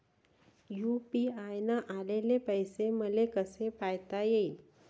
UPI न आलेले पैसे मले कसे पायता येईन?